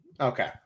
Okay